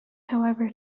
however